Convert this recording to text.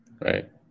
right